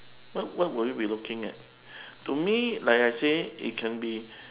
what what will you be looking at to me like I say it can be